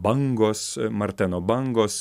bangos marteno bangos